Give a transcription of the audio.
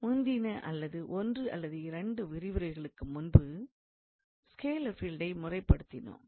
முந்தின அல்லது ஒன்று அல்லது இரண்டு விரிவுரைகளுக்கு முன்பு ஸ்கேலர் பீல்டை முறைப்படுத்தினோம்